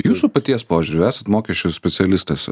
jūsų paties požiūriu esat mokesčių specialistas